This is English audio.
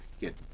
get